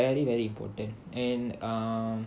is very very important and um